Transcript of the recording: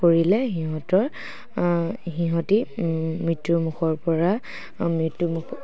কৰিলে সিহঁতি মৃত্যুৰ মুখৰ পৰা